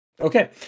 okay